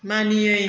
मानियै